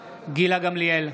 גמליאל,